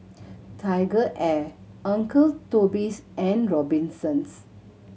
TigerAir Uncle Toby's and Robinsons